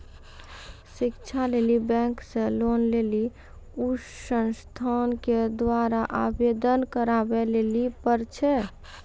शिक्षा लेली बैंक से लोन लेली उ संस्थान के द्वारा आवेदन करबाबै लेली पर छै?